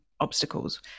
obstacles